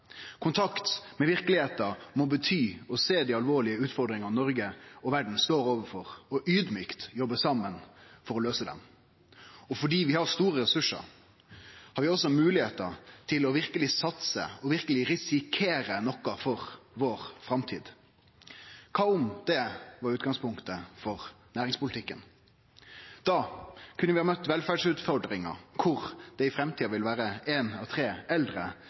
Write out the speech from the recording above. Kontakt med verkelegheita må bety å sjå dei alvorlege utfordringane Noreg og verda står overfor, og audmjukt jobbe saman for å løyse dei. Fordi vi har store ressursar, har vi også moglegheiter til å satse og til verkeleg å risikere noko for framtida vår. Kva om det var utgangspunktet for næringspolitikken? Da kunne vi ha møtt velferdsutfordringa, med éin av tre eldre